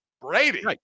Brady